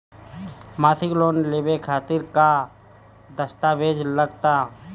मसीक लोन लेवे खातिर का का दास्तावेज लग ता?